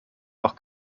noch